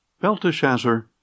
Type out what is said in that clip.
Belteshazzar